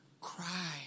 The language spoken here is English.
cry